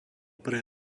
pre